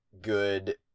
good